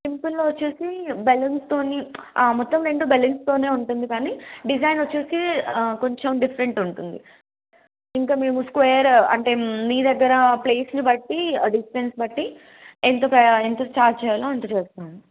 సింపుల్లో వచ్చేసి బెలూన్స్తోని మొత్తం రెండు బెలూన్స్తోనే ఉంటుంది కానీ డిజైన్ వచ్చేసి కొంచెం డిఫరెంట్ ఉంటుంది ఇంకా మేము స్క్వేర్ అంటే మీ దగ్గర ప్లేస్ని బట్టి డిస్టెన్స్ బట్టి ఎంత ఎంత ఛార్జ్ చేయాలో అంత చేస్తాము